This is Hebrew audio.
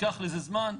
ייקח לזה זמן.